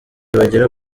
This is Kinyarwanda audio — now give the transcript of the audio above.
bagera